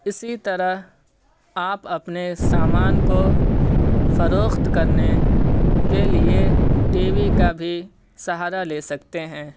اسی طرح آپ اپنے سامان کو فروخت کرنے کے لیے ٹی وی کا بھی سہارا لے سکتے ہیں